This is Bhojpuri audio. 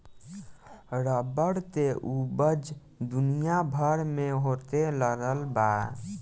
रबर के ऊपज दुनिया भर में होखे लगल बा